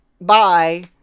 bye